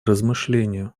размышлению